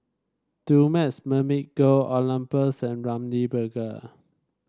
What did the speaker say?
Dumex Mamil Gold Oxyplus and Ramly Burger